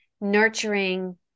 nurturing